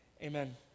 Amen